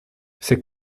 c’est